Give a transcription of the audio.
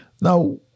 Now